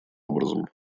образом